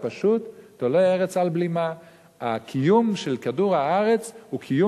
הפשוט "תֹלה ארץ על בלימה" הקיום של כדור-הארץ הוא קיום